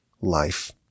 life